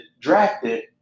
drafted